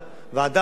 ועדה,